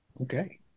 okay